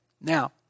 now